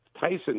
Tyson